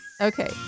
Okay